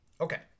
Okay